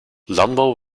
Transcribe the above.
landbouw